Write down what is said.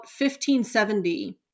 1570